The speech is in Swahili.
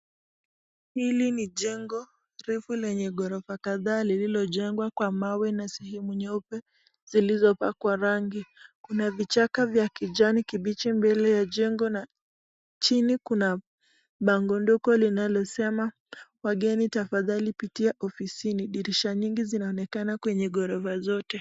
Hili ni jengo refu lenye ghorofa kadhaa lilojengwa kwa mawe na sehemu nyeupe zilizopakwa rangi. Kuna vichaka vya kijani kibichi mbele ya jengo na chini kuna bango ndogo linalosema wageni tafadhali pitia ofisini, dirisha nyingi zinaonekana kwenye ghorofa zote.